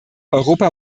europa